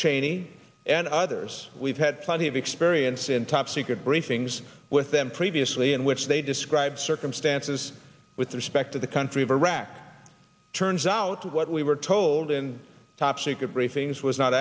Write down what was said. cheney and others we've had plenty of experience in top secret briefings with them previously in which they describe circumstances with respect to the country of iraq turns out what we were told in top secret briefings was not